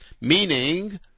meaning